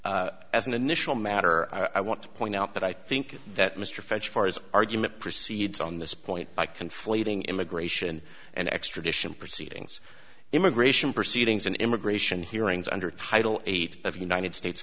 as an initial my atter i want to point out that i think that mr french far as argument proceeds on this point by conflating immigration and extradition proceedings immigration proceedings and immigration hearings under title eight of united states